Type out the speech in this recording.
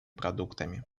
продуктами